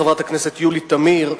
חברת הכנסת יולי תמיר,